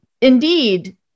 indeed